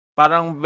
parang